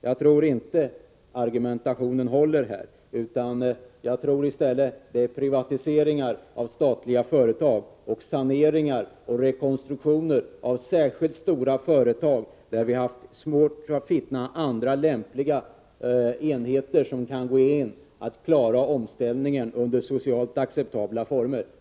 Jag tror inte att argumentationen i fråga om detta håller. Jag tror i stället på privatiseringar av statliga företag och saneringar och rekonstruktioner av särskilt stora företag där vi haft svårt att finna andra lämpliga enheter som kan gå in och klara omställningen under socialt acceptabla former.